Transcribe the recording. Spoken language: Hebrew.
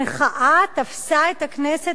המחאה תפסה את הכנסת,